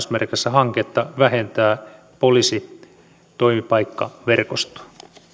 hanketta vähentää poliisitoimipaikkaverkostoa